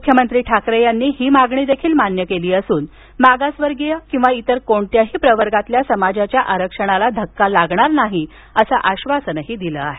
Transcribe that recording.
मुख्यमंत्री उद्धव ठाकरे यांनी ही मागणीदेखील मान्य केली असून मागासवर्गीय किंवा इतर कोणत्याही प्रवर्गातल्या समाजाच्या आरक्षणाला धक्का लागणार नाही असं आश्वासन दिलं आहे